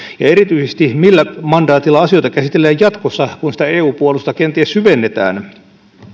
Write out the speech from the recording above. ja erityisesti millä mandaatilla asioita käsitellään jatkossa kun sitä eu puolustusta kenties syvennetään